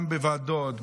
גם בוועדות,